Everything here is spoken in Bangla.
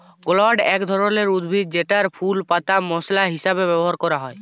ক্লভ এক ধরলের উদ্ভিদ জেতার ফুল পাতা মশলা হিসাবে ব্যবহার ক্যরে